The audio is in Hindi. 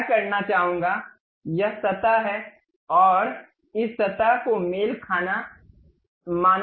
मैं क्या करना चाहूंगा यह सतह है और इस सतह को मेल खाना माना जाता है